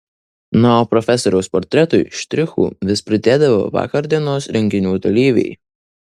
na o profesoriaus portretui štrichų vis pridėdavo vakardienos renginių dalyviai